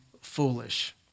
foolish